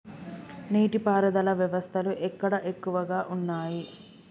నీటి పారుదల వ్యవస్థలు ఎక్కడ ఎక్కువగా ఉన్నాయి?